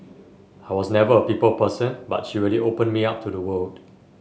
I was never a people person but she really opened me up to the world